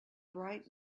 bright